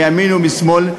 מימין ומשמאל,